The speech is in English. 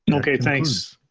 and okay, thanks.